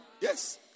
Yes